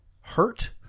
hurt